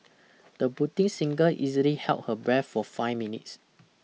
the budding singer easily held her breath for five minutes